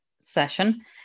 session